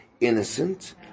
innocent